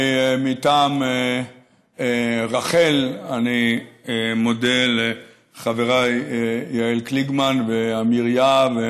מטעם רח"ל אני מודה לחבריי יעל קליגמן ועמיר יהב.